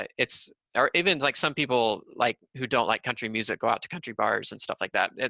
it's, or even like, some people, like who don't like country music, go out to country bars and stuff like that.